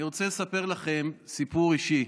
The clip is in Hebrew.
אני רוצה לספר לכם סיפור אישי.